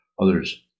others